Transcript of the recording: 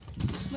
সুফলা সার কি?